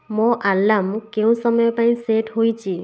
ମୋ ଆଲାର୍ମ କେଉଁ ସମୟ ପାଇଁ ସେଟ୍ ହୋଇଛି